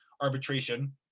arbitration